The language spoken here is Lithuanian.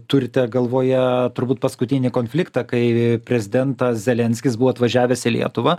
turite galvoje turbūt paskutinį konfliktą kai prezidentas zelenskis buvo atvažiavęs į lietuvą